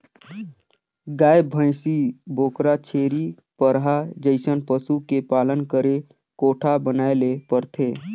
गाय, भइसी, बोकरा, छेरी, बरहा जइसन पसु के पालन करे कोठा बनाये ले परथे